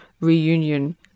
reunion